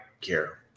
care